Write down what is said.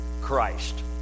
Christ